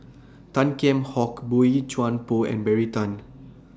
Tan Kheam Hock Boey Chuan Poh and Terry Tan